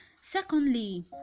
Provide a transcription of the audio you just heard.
Secondly